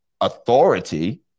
authority